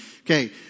Okay